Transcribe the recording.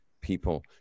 people